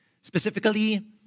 specifically